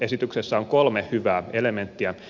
esityksessä on kolme hyvää elementtiä